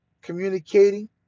Communicating